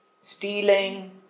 stealing